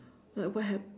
like what hap~